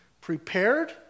prepared